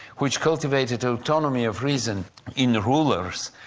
which cultivated autonomy of reason in the rulers,